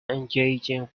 engaging